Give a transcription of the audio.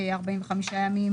45 ימים